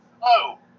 Hello